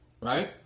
Right